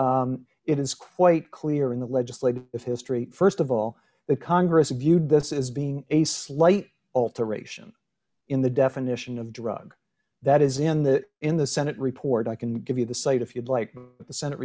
point it is quite clear in the legislative of history st of all the congress viewed this as being a slight alteration in the definition of drug that is in the in the senate report i can give you the cite if you'd like the senate